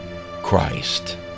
Christ